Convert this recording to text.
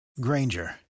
Granger